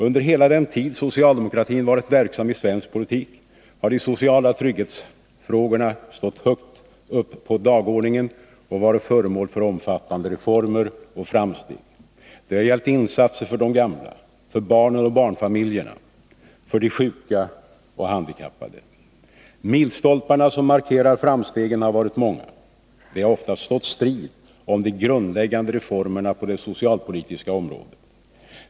Under hela den tid socialdemokratin varit verksam i svensk politik har de sociala trygghetsfrågorna stått högt upp på dagordningen och varit föremål för omfattande reformer och framsteg. Det har gällt insatser för de gamla, för barnen och barnfamiljerna, för de sjuka och handikappade. Milstolparna som markerar framstegen har varit många. Det har ofta stått strid om de grundläggande reformerna på det socialpolitiska området.